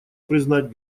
признать